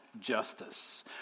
Justice